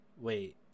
wait